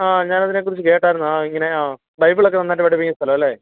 ആ ഞാൻ അതിനെക്കുറിച്ച് കേട്ടായിരുന്നു ആ ഇങ്ങനെ ആ ബൈബിൾ ഒക്കെ നന്നായിട്ട് പഠിപ്പിക്കുന്ന സ്ഥലം അല്ലേ